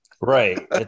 Right